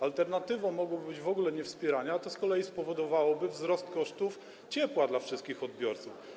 Alternatywą mogłoby być w ogóle niewspieranie tego, ale to z kolei spowodowałoby wzrost kosztów ciepła dla wszystkich odbiorców.